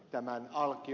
tänään halki